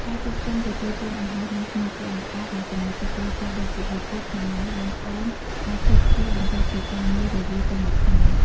ការជួបជុំទទួលទានអាហាររួមគ្នា ជាឱកាសដែលសមាជិកគ្រួសារដូចជា ឪពុក ម្តាយ បងប្អូន អាចជួបគ្នា បន្ទាប់ពីការងាររវល់ពេញមួយថ្ងៃ។